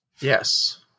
Yes